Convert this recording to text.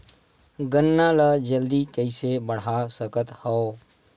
गन्ना ल जल्दी कइसे बढ़ा सकत हव?